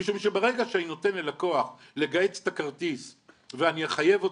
משום שברגע שאני נותן ללקוח לגהץ את הכרטיס ואני אחייב אותו,